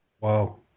Wow